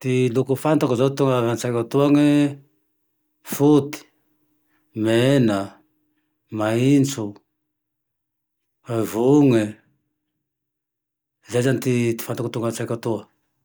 Ty loka fantako zao, tonga antsaiko atoane foty, mena, maintso, vony e, zay zane ty fantako tongo antsiko atoa.